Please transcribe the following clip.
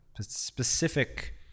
specific